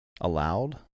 allowed